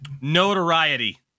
notoriety